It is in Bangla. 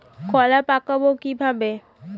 কলা পাকাবো কিভাবে?